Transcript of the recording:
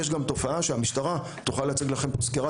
יש גם תופעה שהמשטרה תוכל להציג לכם אותה בסקירה,